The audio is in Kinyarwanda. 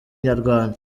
inyarwanda